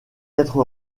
être